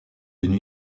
une